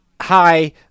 hi